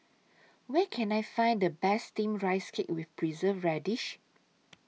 Where Can I Find The Best Steamed Rice Cake with Preserved Radish